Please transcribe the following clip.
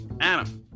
Adam